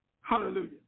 Hallelujah